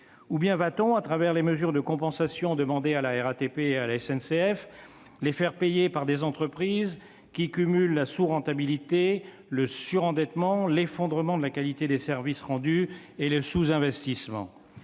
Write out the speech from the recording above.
Ou bien va-t-on, à travers les mesures de compensation demandées à la RATP et à la SNCF, les faire payer par des entreprises qui cumulent la sous-rentabilité, le surendettement, l'effondrement de la qualité des services rendus et le sous-investissement ?